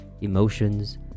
emotions